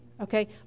Okay